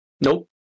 nope